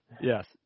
Yes